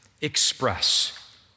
express